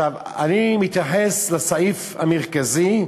אני מתייחס לסעיף המרכזי,